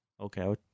okay